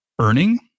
earning